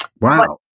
Wow